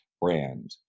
brand